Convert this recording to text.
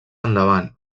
endavant